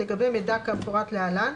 לגבי מידע כמפורט להלן: